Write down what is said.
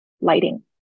lighting